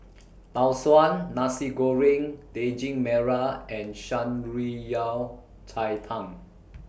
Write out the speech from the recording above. Tau Suan Nasi Goreng Daging Merah and Shan Rui Yao Cai Tang